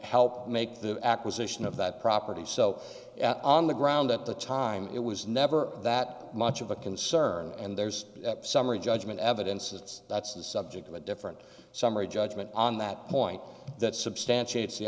help make the acquisition of that property so on the ground at the time it was never that much of a concern and there's summary judgment evidence it's that's the subject of a different summary judgment on that point that substantiate